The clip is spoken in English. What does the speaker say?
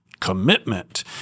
commitment